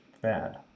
bad